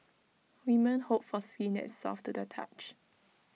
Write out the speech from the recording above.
women hope for skin that soft to the touch